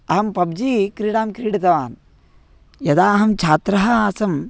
अहं पब्जी क्रीडां क्रीडितवान् यदा अहं छात्रः आसम्